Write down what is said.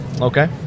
Okay